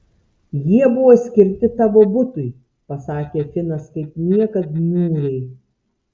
jie buvo skirti tavo butui pasakė finas kaip niekad niūriai